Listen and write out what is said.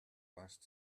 last